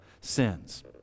sins